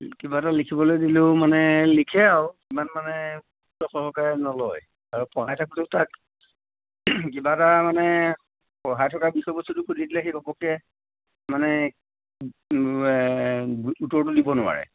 কিবা এটা লিখিবলৈ দিলেও মানে লিখে আৰু ইমান মানে গুৰুত্বসহকাৰে নলয় আৰু পঢ়াই থাকোঁতেও তাক কিবা এটা মানে পঢ়াই থকাৰ পিছত বস্তুটো সুধিলে সি ঘপককৈ মানে উত্তৰটো দিব নোৱাৰে